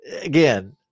again